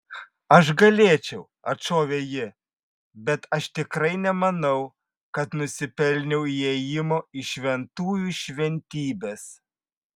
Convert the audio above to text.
aš galėčiau atšovė ji bet aš tikrai nemanau kad nusipelniau įėjimo į šventųjų šventybes